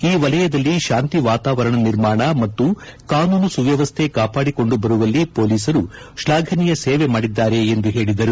ಈ ವಲಯದಲ್ಲಿ ಶಾಂತಿ ವಾತಾವರಣ ನಿರ್ಮಾಣ ಮತ್ತು ಕಾನೂನು ಸುವ್ನವಸ್ವೆ ಕಾಪಾಡಿಕೊಂಡು ಬರುವಲ್ಲಿ ಪೊಲೀಸರು ಶ್ವಾಘನೀಯ ಸೇವೆ ಮಾಡಿದ್ದಾರೆ ಎಂದು ಪೇಳಿದರು